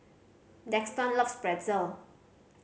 Daxton loves Pretzel